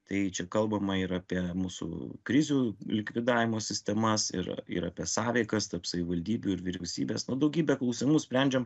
tai čia kalbama ir apie mūsų krizių likvidavimo sistemas ir ir apie sąveikas tarp savivaldybių ir vyriausybės nu daugybę klausimų sprendžiam